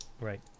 Right